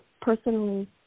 personally